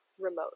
remote